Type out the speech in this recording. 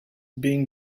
being